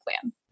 plan